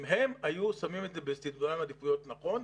אם הם היו שמים את זה בסדר עדיפויות נכון,